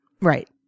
Right